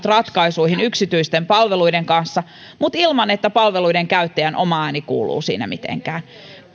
ratkaisuihin yksityisten palveluiden kanssa mutta ilman että palveluiden käyttäjän oma ääni kuuluu siinä mitenkään